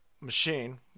machine